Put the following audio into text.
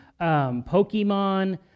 Pokemon